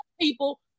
people